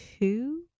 two